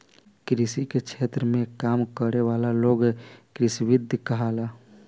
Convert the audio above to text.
कृषि के क्षेत्र में काम करे वाला लोग कृषिविद कहाला